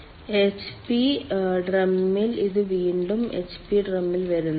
അതിനാൽ എച്ച്പി ഡ്രമ്മിൽ ഇത് വീണ്ടും എച്ച്പി ഡ്രമ്മിൽ വരുന്നു